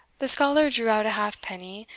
the scholar drew out a halfpenny,